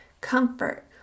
comfort